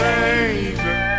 Savior